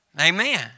Amen